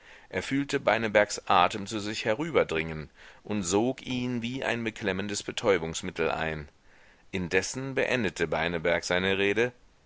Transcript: er fühlte beinebergs atem zu sich herüberdringen und sog ihn wie ein beklemmendes betäubungsmittel ein indessen beendete beineberg seine rede